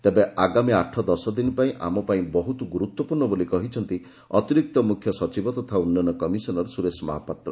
ତେବେ ଆଗାମୀ ଆଠ ଦଶ ଦିନ ଆମପାଇଁ ବହୁତ ଗୁରୁତ୍ୱପୂର୍ଣ୍ଣ ବୋଲି କହିଛନ୍ତି ଅତିରିକ୍ତ ମୁଖ୍ୟ ସଚିବ ତଥା ଉନ୍ନୟନ କମିଶନର ସୁରେଶ ମହାପାତ୍ର